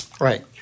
Right